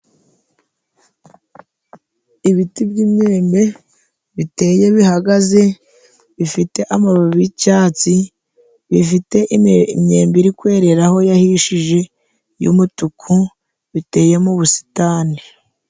Ibiti by'imyembe biteye bihagaze bifite amababi y' icyatsi bifite imyembi iri kwereraho yahishije y'umutuku biteye mu ubusitani.